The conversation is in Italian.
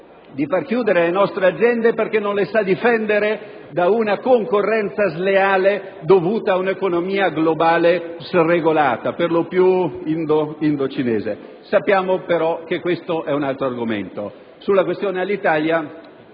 di far chiudere le nostre aziende perché non le sa difendere da una concorrenza sleale dovuta ad un'economia globale sregolata, per lo più indocinese. Sappiamo però che questo è un altro argomento. Sulla questione Alitalia,